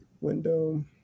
window